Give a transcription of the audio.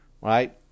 Right